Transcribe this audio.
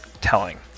telling